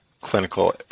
clinical